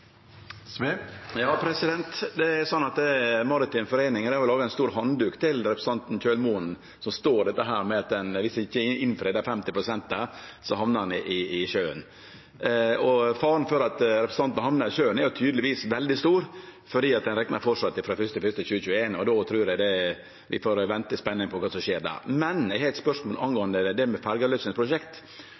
laga ein stor handduk til representanten Kjølmoen kor det står at viss ein ikkje innfrir dei 50 prosentane, hamnar han i sjøen. Faren for at han hamnar i sjøen, er tydelegvis veldig stor, for ein reknar framleis frå 1. januar 2021, og då trur eg vi får vente i spenning på kva som skjer der. Eg har eit spørsmål om ferjeavløysingsprosjekt. Det er ei rekke område som får fastlandssamband med